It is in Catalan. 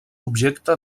objecte